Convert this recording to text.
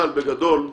אבל, בגדול,